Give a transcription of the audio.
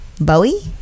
Bowie